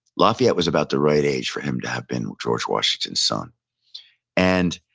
lafayette was about the right age for him to have been george washington's son and